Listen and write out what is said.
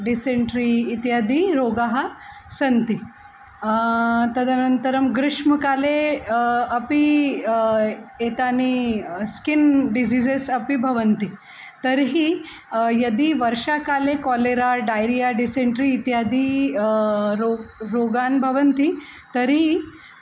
dysentery इत्यादिरोगाः सन्ति तदनन्तरं ग्रीष्मकाले अपि एतानि स्किन् डिजिज़ेस् अपि भवन्ति तर्हि यदि वर्षाकाले कोलेरा डैरिया डिसेण्ट्री इत्यादि रो रोगाः भवन्ति तर्हि